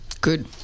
Good